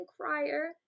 crier